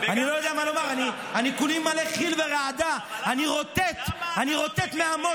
אני לא יודע מה לומר, אני כולי מלא חיל ורעדה.